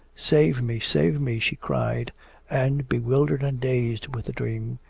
save me, save me she cried and, bewildered and dazed with the dream,